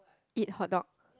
eat hot dog